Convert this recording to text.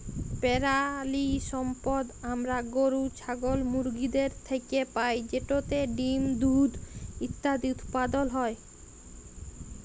পেরালিসম্পদ আমরা গরু, ছাগল, মুরগিদের থ্যাইকে পাই যেটতে ডিম, দুহুদ ইত্যাদি উৎপাদল হ্যয়